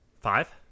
Five